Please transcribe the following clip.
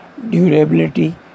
durability